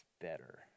better